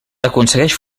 aconsegueix